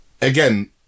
again